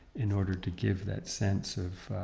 in order to give that sense of,